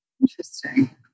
Interesting